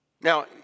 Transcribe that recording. Now